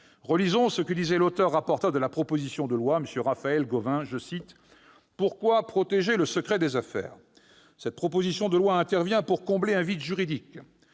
Relisons ce que disait l'auteur et rapporteur de la proposition de loi, M. Raphaël Gauvain :« Pourquoi protéger le secret des affaires ? Cette proposition de loi intervient pour combler un vide juridique :